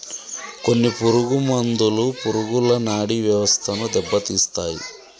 కొన్ని పురుగు మందులు పురుగుల నాడీ వ్యవస్థను దెబ్బతీస్తాయి